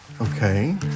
Okay